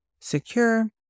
secure